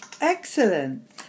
excellent